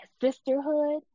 sisterhood